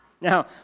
Now